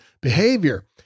behavior